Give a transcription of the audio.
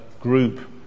group